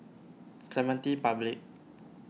Clementi Public